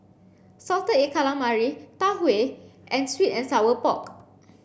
salted egg calamari Tau Huay and sweet and sour pork